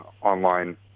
online